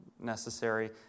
necessary